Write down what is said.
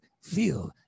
feel